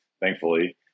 thankfully